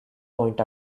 point